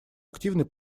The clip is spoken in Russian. активной